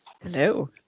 Hello